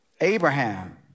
Abraham